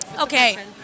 Okay